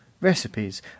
Recipes